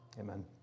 Amen